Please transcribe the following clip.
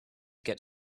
get